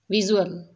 visual